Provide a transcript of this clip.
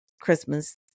Christmas